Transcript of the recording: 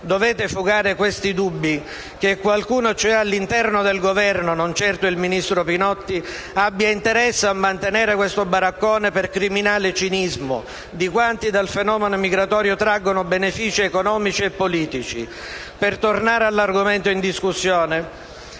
Dovete fugare questi dubbi, che qualcuno, cioè, all'interno del Governo - non certo il ministro Pinotti - abbia interesse a mantenere questo baraccone, per il criminale cinismo di quanti dal fenomeno migratorio traggono benefici economici e politici. Per tornare all'argomento in discussione,